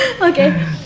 Okay